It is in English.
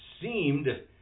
seemed